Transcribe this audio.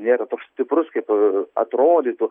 nėra toks stiprus kaip atrodytų